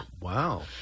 wow